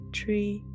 three